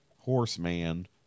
horseman